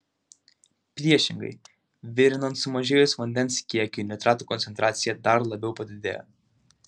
priešingai virinant sumažėjus vandens kiekiui nitratų koncentracija dar labiau padidėja